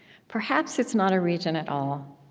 perhaps it's not a region at all.